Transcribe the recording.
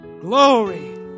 glory